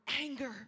anger